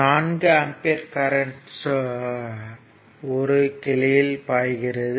4 ampere current ஒரு கிளையில் பாய்கிறது